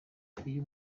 uyu